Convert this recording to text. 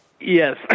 Yes